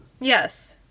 Yes